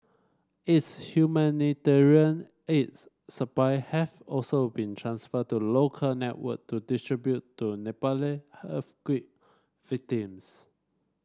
its humanitarian aids supply have also been transferred to local network to distribute to Nepali earthquake victims